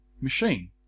machine